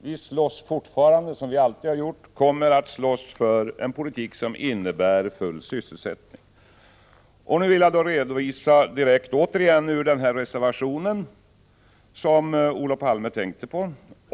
Vi slåss fortfarande, som vi alltid har gjort, och kommer att slåss för en politik som innebär full sysselsättning. Jag vill återigen redovisa direkt ur den reservation som Olof Palme tänkte på.